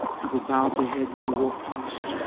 people bowed their heads as he walk past.